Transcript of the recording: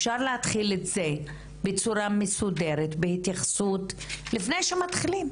אפשר להתחיל את זה בצורה מסודרת בהתייחסות לפני שמתחילים.